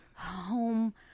home